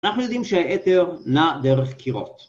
אנחנו יודעים שהיתר נע דרך קירות.